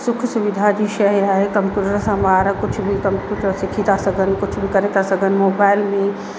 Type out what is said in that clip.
सुखु सुविधा जी शइ आहे कंप्युटर सां ॿार कुझु बि कंप्युटर सिखी था सघनि कुझु बि करे था सघनि मोबाइल में